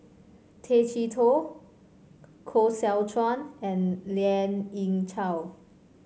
Tay Chee Toh Koh Seow Chuan and Lien Ying Chow